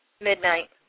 midnight